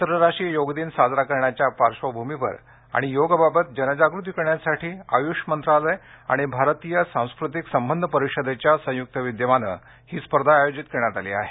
आंतरराष्ट्रीय योग दिन साजरा करण्याच्या पार्श्वभूमीवर आणि योगबाबत जनजागृती करण्यासाठी आयुष मंत्रालय आणि भारतीय सांस्कृतिक संबंध परिषदेच्या संयुक्त विद्यमाने या स्पर्धा आयोजित करण्यात आल्या आहेत